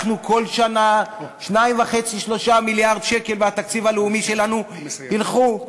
כל שנה 2.5 3 מיליארד שקל מהתקציב הלאומי שלנו ילכו לאוויר,